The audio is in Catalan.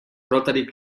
rotary